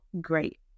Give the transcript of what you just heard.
great